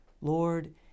Lord